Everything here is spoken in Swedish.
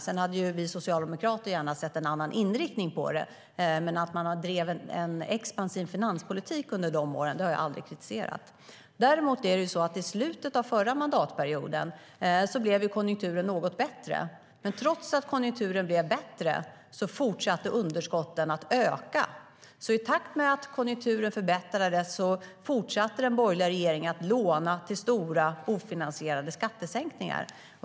Sedan hade vi socialdemokrater gärna sett en annan inriktning på det, men att man drev en expansiv finanspolitik under de åren har jag aldrig kritiserat.I slutet av förra mandatperioden blev dock konjunkturen något bättre. Men trots att konjunkturen blev bättre fortsatte underskotten att öka. I takt med att konjunkturen förbättrades, fortsatte den borgerliga regeringen att låna till stora, ofinansierade skattesänkningar.